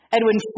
Edwin